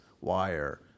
wire